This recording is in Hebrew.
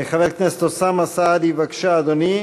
חבר הכנסת אוסאמה סעדי, בבקשה, אדוני,